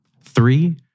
Three